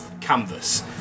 canvas